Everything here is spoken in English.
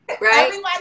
right